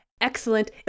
excellent